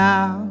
Now